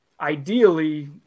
ideally